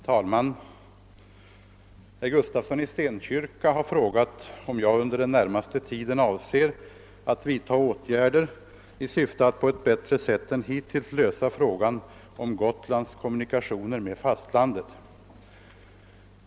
Herr talman! Herr Gustafsson i Stenkyrka har frågat, om jag under den närmaste tiden avser att vidtaga åtgärder i syfte att på ett bättre sätt än hittills lösa frågan om Gotlands kommunikationer med fastlandet.